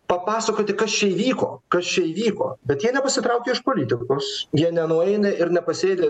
papasakoti kas čia įvyko kas čia įvyko bet jie nepasitraukia iš politikos jie nenueina ir nepasėdi